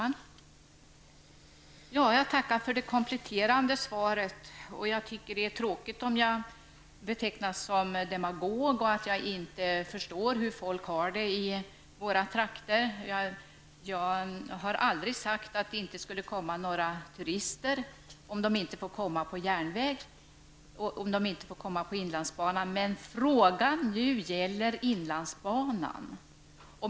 Fru talman! Jag tackar för det kompletterande svaret. Jag tycker att det är tråkigt om jag betecknas som demagog och om det sägs att jag inte förstår hur folk har det i våra trakter. Jag har aldrig sagt att det inte skulle komma några turister om de inte får komma med järnväg, inlandsbanan. Frågan gäller nu inlandsbanan.